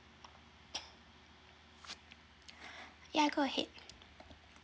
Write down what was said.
ya go ahead